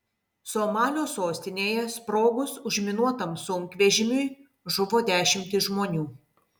somalio sostinėje sprogus užminuotam sunkvežimiui žuvo dešimtys žmonių